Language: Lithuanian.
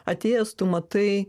atėjęs tu matai